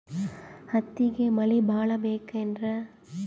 ಹತ್ತಿಗೆ ಮಳಿ ಭಾಳ ಬೇಕೆನ್ರ?